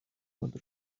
mother